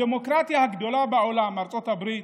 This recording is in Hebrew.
הדמוקרטיה הגדולה בעולם, ארצות הברית,